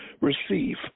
receive